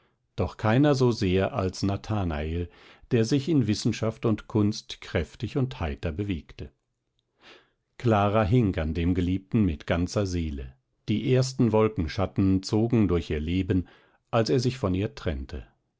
doch keiner so sehr als nathanael der sich in wissenschaft und kunst kräftig und heiter bewegte clara hing an dem geliebten mit ganzer seele die ersten wolkenschatten zogen durch ihr leben als er sich von ihr trennte